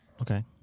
Okay